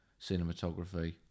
cinematography